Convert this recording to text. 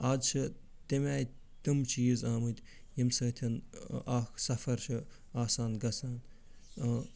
آز چھِ تَمہِ آیہِ تِم چیٖز آمٕتۍ ییٚمہِ سۭتۍ اکھ سَفَر چھُ آسان گَژھان